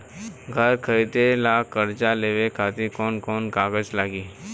घर खरीदे ला कर्जा लेवे खातिर कौन कौन कागज लागी?